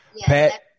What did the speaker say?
pat